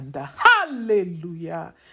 Hallelujah